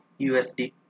USD